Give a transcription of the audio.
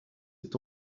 est